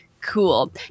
cool